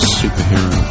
superhero